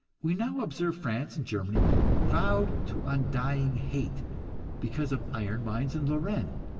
we now observe france and germany vowed to undying hate because of iron mines in lorraine,